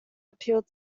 appealed